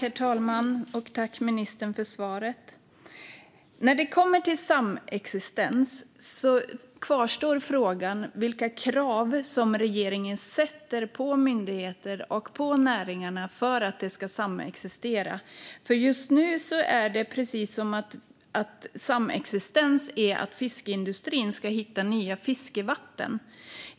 Herr talman! Jag tackar ministern för svaret. När det kommer till samexistens kvarstår frågan vilka krav som regeringen ställer på myndigheterna och näringarna för att de ska vara samexistens. Just nu är det precis som att samexistens är att fiskeindustrin ska hitta nya fiskevatten.